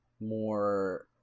more